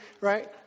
Right